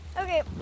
Okay